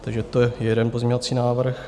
Takže to je jeden pozměňovací návrh.